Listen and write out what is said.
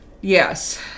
Yes